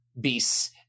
beasts